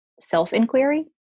self-inquiry